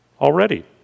Already